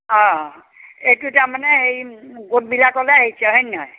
অঁ এইটো তাৰ মানে হেৰি গোটবিলাকলৈ আহিছে হয়নে নহয়